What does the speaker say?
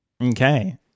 okay